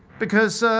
because